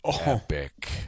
epic